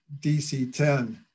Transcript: DC-10